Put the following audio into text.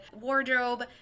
wardrobe